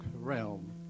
realm